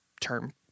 term